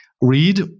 read